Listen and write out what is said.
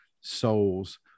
souls